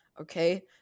Okay